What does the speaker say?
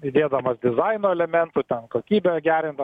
pridėdamas dizaino elementų ten kokybę gerinam